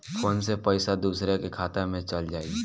Phone से पईसा दूसरे के खाता में चल जाई?